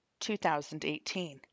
2018